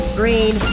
green